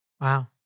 Wow